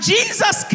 Jesus